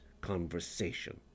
conversation